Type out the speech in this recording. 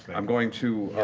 and i'm going to